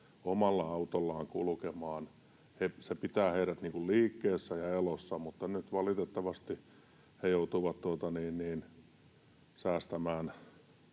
omalla autollaan kulkemaan. Se pitää heidät liikkeessä ja elossa, mutta nyt valitettavasti he joutuvat säästämään